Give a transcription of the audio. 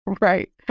Right